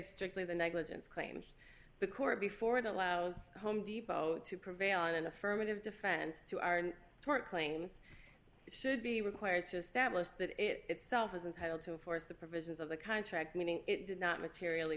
strictly the negligence claims the court before it allows home depot to prevail on an affirmative defense to our tort claims should be required to establish that itself is entitle to enforce the provisions of the contract meaning it did not materially